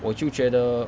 我就觉得